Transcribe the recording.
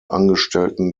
angestellten